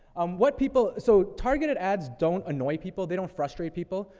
um, what people so, targeted ads don't annoy people, they don't frustrate people.